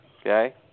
Okay